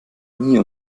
nie